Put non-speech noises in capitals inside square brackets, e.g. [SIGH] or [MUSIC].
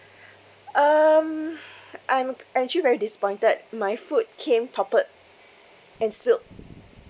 [BREATH] um I'm actually very disappointed my food came toppled and spilled